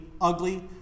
ugly